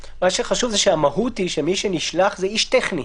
מה שחשוב שהמהות היא שמי שנשלח זה איש טכני.